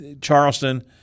Charleston